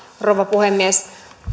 rouva puhemies